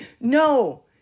No